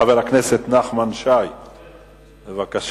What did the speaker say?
חבר הכנסת נחמן שי, בבקשה.